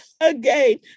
Again